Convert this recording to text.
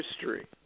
history